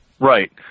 Right